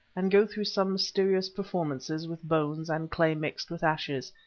and go through some mysterious performances with bones and clay mixed with ashes,